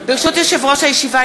ברשות יושב-ראש הישיבה,